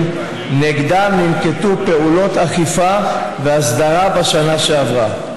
שנגדם ננקטו פעולות אכיפה והסדרה בשנה שעברה.